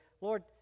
Lord